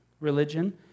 religion